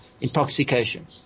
intoxication